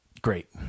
great